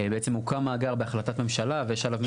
בעצם הוקם מאגר בהחלטת ממשלה ויש עליו מן